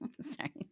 Sorry